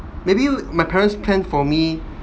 maybe my parents plan for me